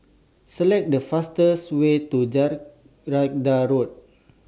Select The fastest Way to Jacaranda Road